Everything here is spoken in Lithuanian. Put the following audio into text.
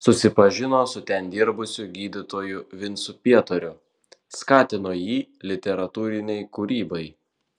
susipažino su ten dirbusiu gydytoju vincu pietariu skatino jį literatūrinei kūrybai